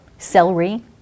Celery